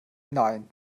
nein